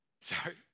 Sorry